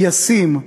ישים,